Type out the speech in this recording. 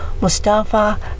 Mustafa